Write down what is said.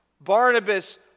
Barnabas